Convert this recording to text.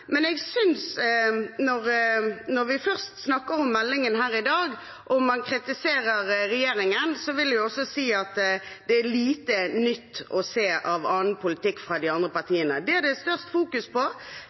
men når vi først snakker om meldingen her i dag, og man kritiserer regjeringen, vil jeg si at det er lite nytt å se av annen politikk fra de andre